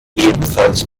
ebenfalls